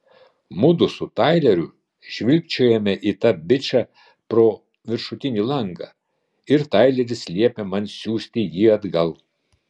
mudu su taileriu žvilgčiojame į tą bičą pro viršutinį langą ir taileris liepia man siųsti jį atgal